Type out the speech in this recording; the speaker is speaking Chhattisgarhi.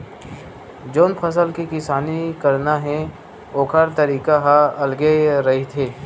जउन फसल के किसानी करना हे ओखर तरीका ह अलगे रहिथे